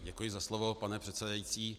Děkuji za slovo, pane předsedající.